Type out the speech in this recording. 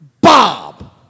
Bob